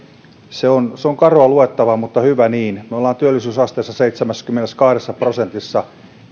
se on se on karua luettavaa mutta hyvä niin me olemme työllisyysasteessa seitsemässäkymmenessäkahdessa prosentissa